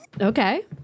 Okay